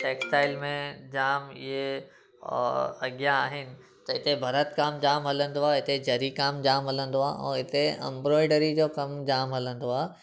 textile में जाम इहे अॻियां आहिनि त इते भर्तु कमु जाम हलंदो आहे हिते जरी कमु जाम हलंदो आहे ऐं हिते अम्ब्रॉयडरी जो कमु जाम हलंदो आहे